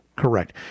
correct